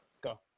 Go